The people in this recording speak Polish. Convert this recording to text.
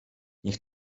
niech